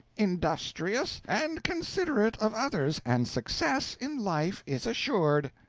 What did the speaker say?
industrious, and considerate of others, and success in life is assured.